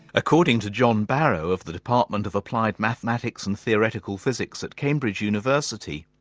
according to john barrow of the department of applied mathematics and theoretical physics at cambridge university,